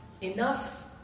enough